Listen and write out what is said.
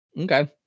Okay